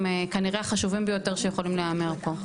כנראה החשובים ביותר שיכולים להיאמר פה.